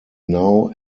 now